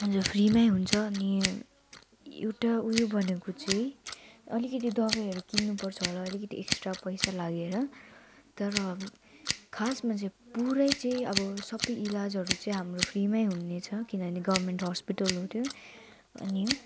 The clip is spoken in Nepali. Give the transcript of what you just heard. हजुर फ्रीमै हुन्छ अनि एउटा उयो भनेको चाहिँ अलिकति दबाईहरू किन्नुपर्छ र अलिकति एक्स्ट्रा पैसा लागेर तर अब खासमा चाहिँ पुरै चाहिँ अब सबै इलाजहरू चाहिँ हाम्रो फ्रीमै हुनेछ किनभने गभर्नमेन्ट हस्पिटल हो त्यो अनि